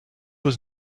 was